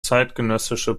zeitgenössische